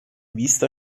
vista